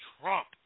Trump